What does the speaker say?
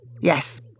Yes